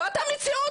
זאת המציאות.